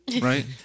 right